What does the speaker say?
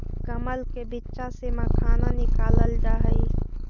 कमल के बीच्चा से मखाना निकालल जा हई